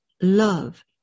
love